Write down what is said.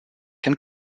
can